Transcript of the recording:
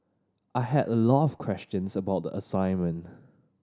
I had a lot of questions about the assignment